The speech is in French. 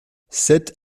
sept